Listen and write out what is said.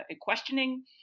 questioning